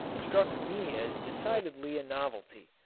struck me as decidedly a novelty.